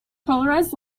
polarized